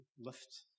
lift